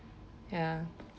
ya